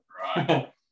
Right